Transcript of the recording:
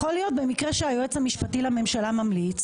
יכול להיות במקרה שהיועץ המשפטי לממשלה ממליץ